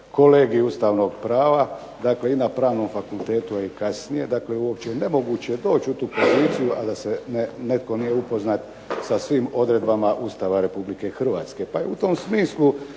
kolegij ustavnog prava, dakle i na Pravnom fakultetu, a i kasnije. Dakle, uopće je nemoguće doći u tu poziciju, a da netko nije upoznat sa svim odredbama Ustava Republike Hrvatske. Pa je u tom smislu